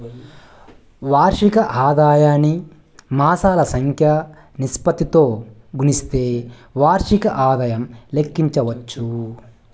వార్షిక ఆదాయాన్ని మాసాల సంఖ్య నిష్పత్తితో గుస్తిస్తే వార్షిక ఆదాయం లెక్కించచ్చు